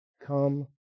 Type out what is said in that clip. come